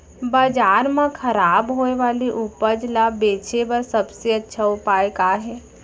बाजार मा खराब होय वाले उपज ला बेचे बर सबसे अच्छा उपाय का हे?